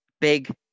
Big